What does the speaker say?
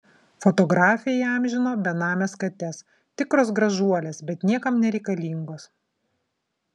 fotografė įamžino benames kates tikros gražuolės bet niekam nereikalingos